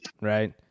right